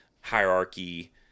hierarchy